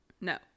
no